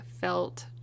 felt